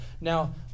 Now